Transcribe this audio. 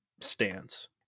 stance